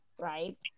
right